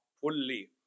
fully